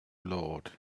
lord